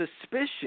suspicion